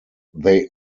they